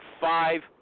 five